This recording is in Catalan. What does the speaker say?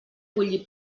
collir